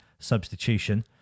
substitution